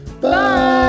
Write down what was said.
bye